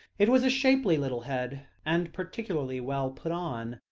it was a shapely little head, and particularly well put on,